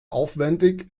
aufwendig